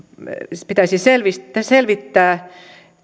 pitäisi selvittää